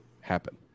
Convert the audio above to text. happen